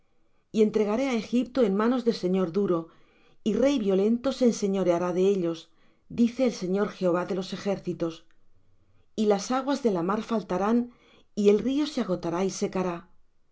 y entregaré á egipto en manos de señor duro y rey violento se enseñoreará de ellos dice el señor jehová de los ejércitos y las aguas de la mar faltarán y el río se agotará y secará